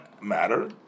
matter